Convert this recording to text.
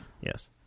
Yes